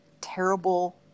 terrible